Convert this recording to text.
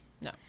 No